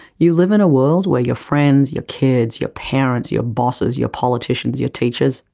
you live in a world where your friends, your kids, your parents, your bosses, your politicians, your teachers,